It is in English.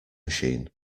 machine